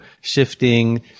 shifting